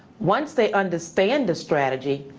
once they understand the strategy,